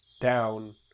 down